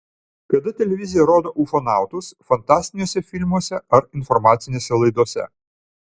kada televizija rodo ufonautus fantastiniuose filmuose ar informacinėse laidose